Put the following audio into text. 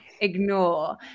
ignore